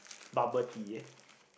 bubble tea eh